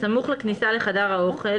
בסמוך לכניסה לחדר האוכל,